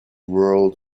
world